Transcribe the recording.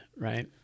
right